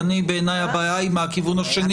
בעיניי הבעיה היא מהכיוון השני.